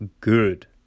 good